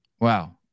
wow